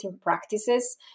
practices